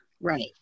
Right